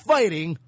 Fighting